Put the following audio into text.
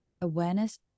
awareness